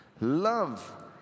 Love